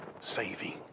saving